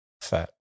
fat